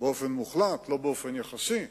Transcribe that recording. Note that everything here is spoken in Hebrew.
באופן מוחלט, לא באופן יחסי.